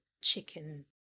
chicken